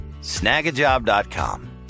snagajob.com